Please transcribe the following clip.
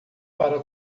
para